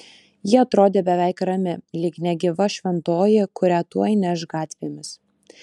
ji atrodė beveik rami lyg negyva šventoji kurią tuoj neš gatvėmis